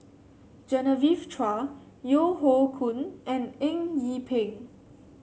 Genevieve Chua Yeo Hoe Koon and Eng Yee Peng